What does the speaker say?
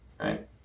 right